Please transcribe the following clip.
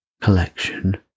collection